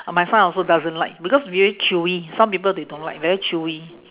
my son also doesn't like because very chewy some people they don't like very chewy